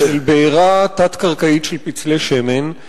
של בעירה תת-קרקעית של פצלי שמן.